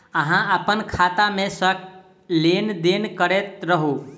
अहाँ अप्पन खाता मे सँ लेन देन करैत रहू?